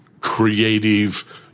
creative